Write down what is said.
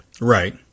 Right